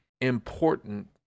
important